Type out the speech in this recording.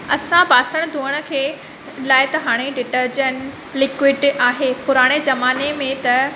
असां बासण धोअण खे लाइ त हाणे डिटरजंट लिक्विड आहे पुराणे जमाने में त